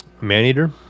Maneater